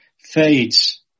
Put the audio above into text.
fades